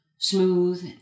smooth